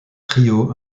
trio